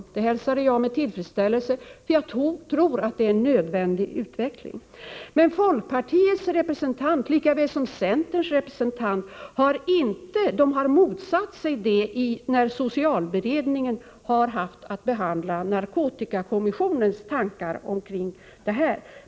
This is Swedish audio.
Detta hälsar jag med tillfredsstäl lelse, för jag tror att det är en nödvändig utveckling. Men folkpartiets representant, lika väl som centerpartiets, har motsatt sig detta när socialberedningen har haft att behandla narkotikakommissionens tankar i denna riktning.